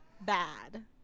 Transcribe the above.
bad